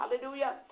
hallelujah